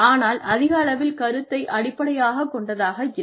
ஆனால் அதிகளவில் கருத்தை அடிப்படையாகக் கொண்டதாக இருக்கும்